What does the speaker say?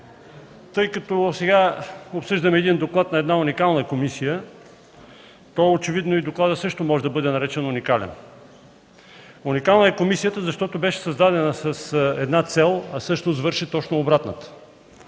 Тъй като сега обсъждаме доклад на една уникална комисия, то очевидно и докладът й може да бъде наречен уникален. Уникална е комисията, защото беше създадена с една цел, а всъщност върши точно обратното.